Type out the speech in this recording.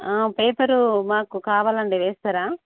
paper మాకు కావాలండి వేస్తారా